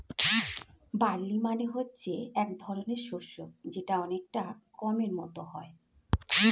barley মানে হচ্ছে এক ধরনের শস্য যেটা অনেকটা গমের মত হয়